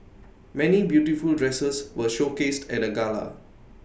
many beautiful dresses were showcased at the gala